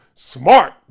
Smart